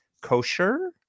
kosher